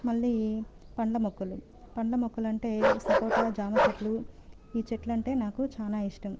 మళ్ళీ పండ్ల మొక్కలు పండ్ల మొక్కలంటే సపోటా జామచెట్లు ఈ చెట్లంటే నాకు చాలా ఇష్టం